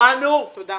תודה.